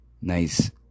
Nice